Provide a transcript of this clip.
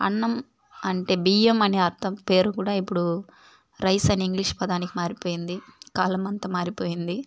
అన్నం అంటే బియ్యం అనే అర్ధం పేరు కూడా ఇప్పుడు రైస్ అనే ఇంగ్లీష్ పదానికి మారిపోయింది కాలం అంతా మారిపోయింది